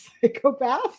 Psychopath